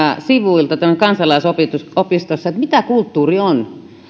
sivuilta tämmöisestä kansalaisopistosta että mitä kulttuuri on